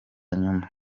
nyuma